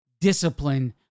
discipline